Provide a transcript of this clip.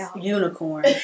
Unicorn